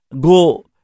go